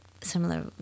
similar